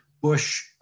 Bush